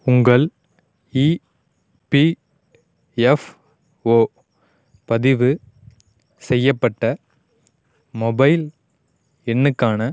உங்கள் இபிஎஃப்ஒ பதிவு செய்யப்பட்ட மொபைல் எண்ணுக்கான